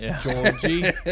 Georgie